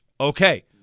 okay